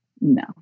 no